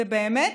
זה באמת,